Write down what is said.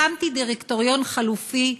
הקמתי דירקטוריון חלופי,